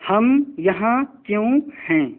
ہم یہاں کیوں ہیں